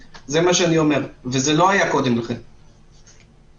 זה חשוב לנו, כי לא כולם גרים בירושלים או בגדרה.